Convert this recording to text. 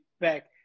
back